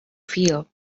feel